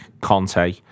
Conte